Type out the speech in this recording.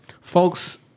Folks